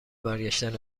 برگشتن